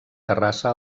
terrassa